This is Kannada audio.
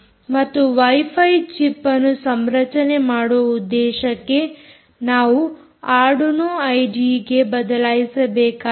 ಮತ್ತು ವೈಫೈ ಚಿಪ್ ಅನ್ನು ಸಂರಚನೆ ಮಾಡುವ ಉದ್ದೇಶಕ್ಕೆ ನಾವು ಆರ್ಡುನೊ ಐಡಿಈ ಗೆ ಬದಲಾಯಿಸಬೇಕಾಯಿತು